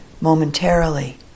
momentarily